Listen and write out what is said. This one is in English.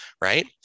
Right